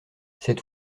cet